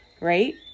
right